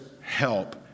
help